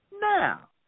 now